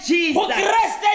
Jesus